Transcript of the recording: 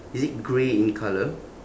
is it grey in colour